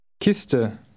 Kiste